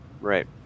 Right